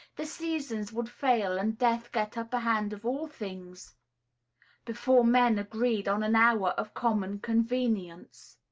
the seasons would fail and death get upper hand of all things before men agreed on an hour of common convenience.